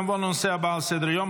נעבור לנושא הבא על סדר-היום,